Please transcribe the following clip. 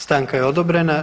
Stanka je odobrena.